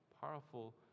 powerful